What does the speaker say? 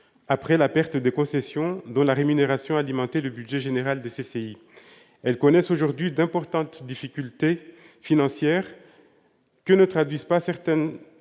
après la perte des concessions dont la rémunération alimentait le budget général des CCI. Celles-ci connaissent aujourd'hui d'importantes difficultés financières, que ne traduit pas, certainement,